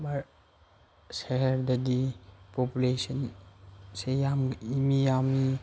ꯁꯍꯔꯗꯗꯤ ꯄꯣꯄꯨꯂꯦꯁꯟꯁꯦ ꯌꯥꯝ ꯃꯤ ꯌꯥꯝꯃꯤ